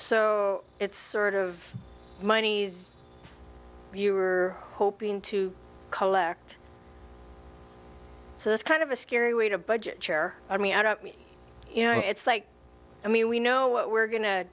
so it's sort of monies you were hoping to collect so this kind of a scary way to budget your i mean you know it's like i mean we know what we're go